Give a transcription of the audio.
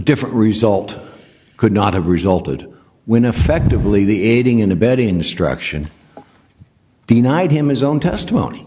different result could not have resulted when effectively the aiding and abetting destruction denied him his own testimony